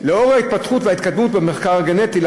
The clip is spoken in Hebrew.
לאור ההתפתחות וההתקדמות במחקר הגנטי.